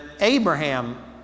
Abraham